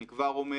אני כבר אומר,